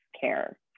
care